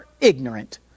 ignorant